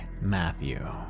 Matthew